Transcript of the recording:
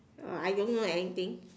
uh I don't know anything